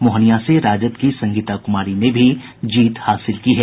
मोहनिया से राजद की संगीता कुमारी ने भी जीत हासिल की है